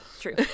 True